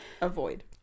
avoid